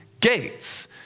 gates